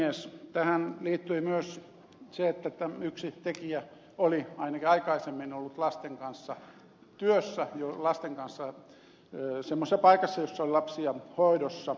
tähän liittyi myös se että yksi tekijä oli ainakin aikaisemmin ollut lasten kanssa työssä semmoisessa paikassa jossa oli lapsia hoidossa